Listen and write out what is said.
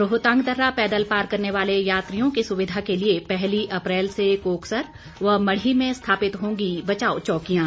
रोहतांग दर्रा पैदल पार करने वाले यात्रियों की सुविधा के लिए पहली अप्रैल से कोकसर व मढी में स्थापित होगी बचाव चौकियां